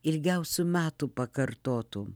ilgiausių metų pakartotų